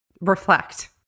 reflect